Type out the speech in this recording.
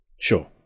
Sure